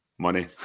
money